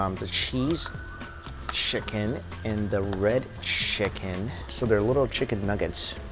um the cheese chicken and the red chicken, so they're little chicken nuggets